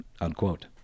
unquote